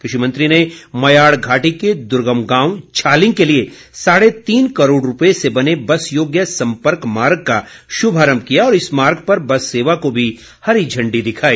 कृषि मंत्री ने मयाड़ घाटी के द्र्गम गांव छालिंग के लिए साढ़े तीन करोड़ रूपए से बने बस योग्य सम्पर्क मार्ग का शुभारम्भ किया और इस मार्ग पर बस सेवा को भी हरी झण्डी दिखाई